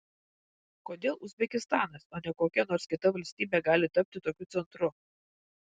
kodėl uzbekistanas o ne kokia nors kita valstybė gali tapti tokiu centru